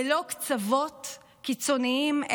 ללא קצוות קיצוניים,